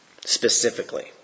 Specifically